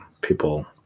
People